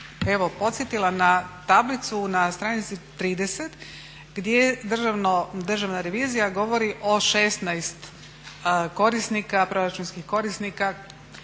evo podsjetila na tablicu na stranici 30 gdje državna revizija govori o 16 korisnika, proračunskih korisnika